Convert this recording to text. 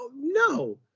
no